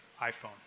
iPhone